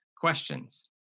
questions